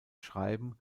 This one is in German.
schreiben